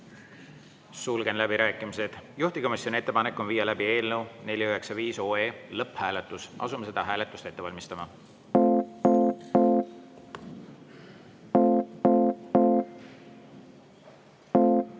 Sulgen läbirääkimised. Juhtivkomisjoni ettepanek on viia läbi eelnõu 495 lõpphääletus. Asume seda hääletust ette valmistama. Head